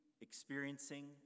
experiencing